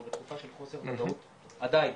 אנחנו בתקופה של חוסר ודאות עדיין,